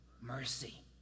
Mercy